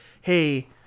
hey